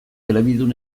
elebidun